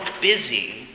busy